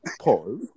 Pause